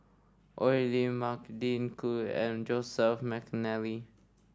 Oi Lin Magdalene Khoo and Joseph McNally